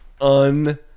un